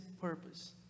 purpose